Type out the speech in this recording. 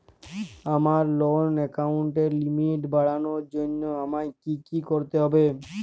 আমার লোন অ্যাকাউন্টের লিমিট বাড়ানোর জন্য আমায় কী কী করতে হবে?